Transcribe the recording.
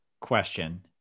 question